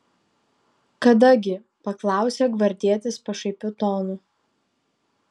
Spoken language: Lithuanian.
kada gi paklausė gvardietis pašaipiu tonu